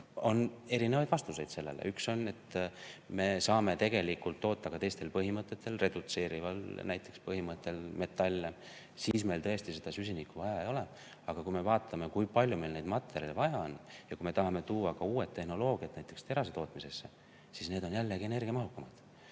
on erinevaid vastuseid. Üks on see, et me saame tegelikult toota metalle ka teistel põhimõtetel, näiteks redutseerival põhimõttel. Siis meil tõesti süsinikku vaja ei ole. Aga kui me vaatame, kui palju meil neid materjale vaja on, ja kui me tahame tuua ka uue tehnoloogia näiteks terasetootmisesse, siis see on jällegi energiamahukam.